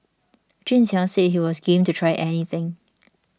Jun Xiang said he was game to try anything